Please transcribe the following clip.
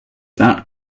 that